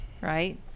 right